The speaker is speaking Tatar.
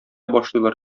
башлыйлар